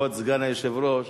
כבוד סגן היושב-ראש,